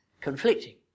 conflicting